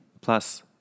Plus